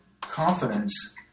confidence